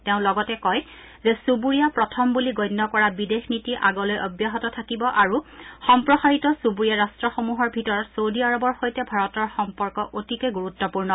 তেওঁ লগতে কয় যে চুবুৰীয়া প্ৰথম বুলি গণ্য কৰা বিদেশ নীতি আগলৈ অব্যাহত থাকিব আৰু সম্প্ৰসাৰিত চুবুৰীয়া ৰট্টসমূহৰ ভিতৰত চৌদি আৰৱৰ সৈতে ভাৰতৰ সম্পৰ্ক অতিকে গুৰুত্পূৰ্ণ